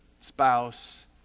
spouse